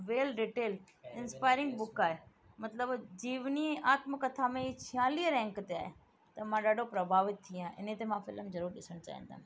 well detail inspiring book आहे मतिलबु जीवनी आत्मकथा में छियालीअ रैंक ते आए त मां ॾाढो प्रभावित थी आहियां इन ते मां फिल्म ज़रूरु ॾिसणु चाहींदमि